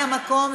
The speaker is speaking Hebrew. לא פחדנות,